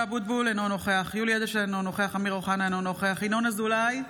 (קוראת בשמות חברי הכנסת)